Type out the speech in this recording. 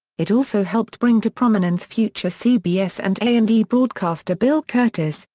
it also helped bring to prominence future cbs and a and e broadcaster bill kurtis,